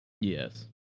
Yes